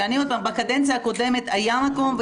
בקדנציה הקודמת היה מקום,